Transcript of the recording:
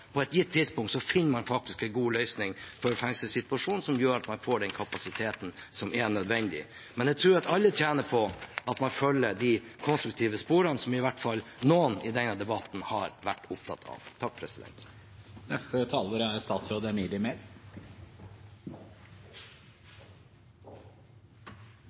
på et gitt tidspunkt finner man en god løsning for fengselssituasjonen, som gjør at man får den kapasiteten som er nødvendig, men jeg tror alle tjener på at man følger de konstruktive sporene som i hvert fall noen i denne debatten har vært opptatt av.